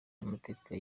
y’amateka